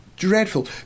Dreadful